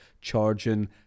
charging